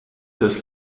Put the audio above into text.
des